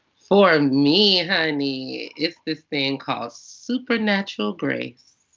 for and me, honey, it's this thing called supernatural grace.